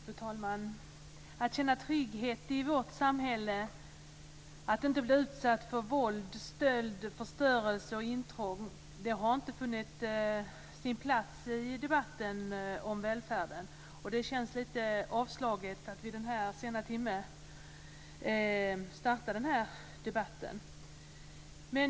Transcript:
Fru talman! Behovet av att känna trygghet i vårt samhälle, att inte bli utsatt för våld, stöld, förstörelse och intrång har inte funnit sin plats i debatten om välfärden, och det känns lite avslaget att starta den här debatten vid denna sena timme.